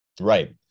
Right